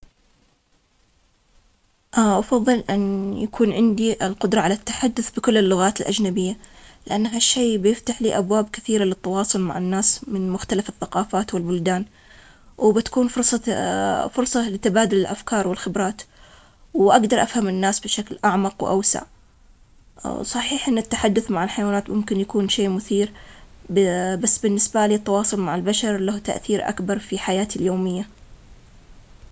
أحب إن يكون عندي القدرة على الكلام مع الحيوانات، لنهم كائنات غريبة ولها قصصها. أعتقد إنه راح يكون شي ممتع أسمع آرائهم وأفكارهم. أما التحدث باللغات هو يفيد، لكن التواصل مع حيوانات راح يكون بالنسبة لي تجربة فريدة وجديدة وغريبة حتى عن غير تجارب.